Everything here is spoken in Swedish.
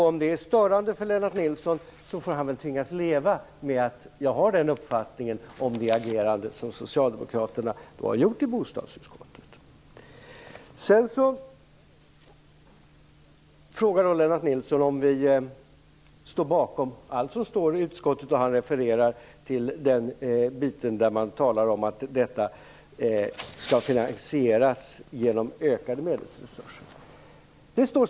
Om det är störande för Lennart Nilsson tvingas han väl leva med att jag har den uppfattningen om socialdemokraternas agerande i bostadsutskottet. Lennart Nilsson frågar om vi står bakom allt som står i betänkandet. Han refererar till det stycke där man talar om att förändringarna skall finansieras genom ökade resurser.